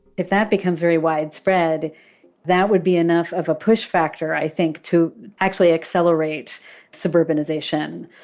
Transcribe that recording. if that becomes very widespread that would be enough of a push factor, i think, to actually accelerate suburbanization.